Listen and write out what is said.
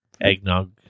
Eggnog